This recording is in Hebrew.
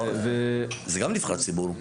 זה גם נבחר ציבור.